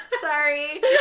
Sorry